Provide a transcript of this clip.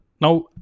Now